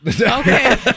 Okay